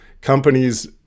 companies